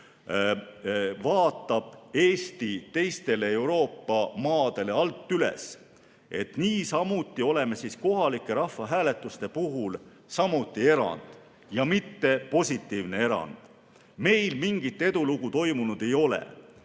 vaatab Eesti teistele Euroopa maadele alt üles, niisamuti oleme kohalike rahvahääletuste puhul erand ja mitte positiivne erand. Meil mingit edulugu toimunud ei ole.